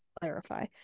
clarify